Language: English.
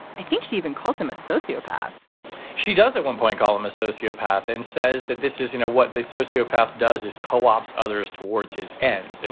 i think he even calls him a sociopath she does at one point call him a sociopath and says that this is you know, what the sociopath does is co-ops others towards his ends. and